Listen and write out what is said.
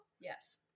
Yes